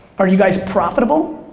are you guys profitable?